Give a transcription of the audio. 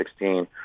2016